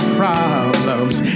problems